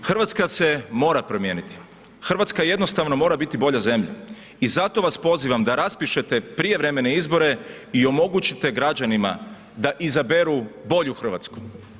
Hrvatska se mora promijeniti, Hrvatska jednostavno mora biti bolja zemlja i zato vas pozivam da raspišete prijevremene izbore i omogućite građanima da izaberu bolju Hrvatsku.